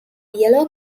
yellow